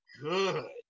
good